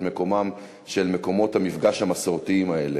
מקומם של מקומות המפגש המסורתיים האלה.